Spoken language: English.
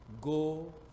go